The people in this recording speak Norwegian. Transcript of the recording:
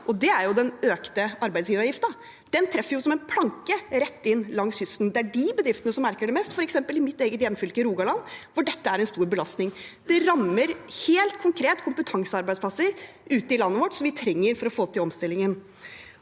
og det er den økte arbeidsgiveravgiften. Den treffer som en planke rett inn langs kysten. Det er de bedriftene som merker det mest, f.eks. i mitt eget hjemfylke, Rogaland, hvor dette er en stor belastning. Det rammer helt konkret kompetansearbeidsplasser ute i landet vårt som vi trenger for å få til omstillingen.